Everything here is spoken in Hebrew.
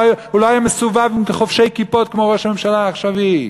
הוא לא היה מסתובב עם חובשי כיפות כמו ראש הממשלה העכשווי,